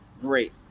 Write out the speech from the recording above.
great